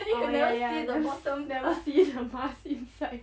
oh ya ya ya never see the boss inside